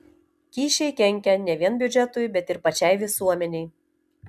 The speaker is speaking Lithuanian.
kyšiai kenkia ne vien biudžetui bet ir pačiai visuomenei